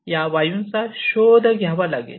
या वायूंचा शोध घ्यावा लागेल